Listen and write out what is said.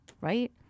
right